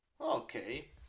Okay